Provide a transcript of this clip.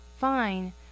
Fine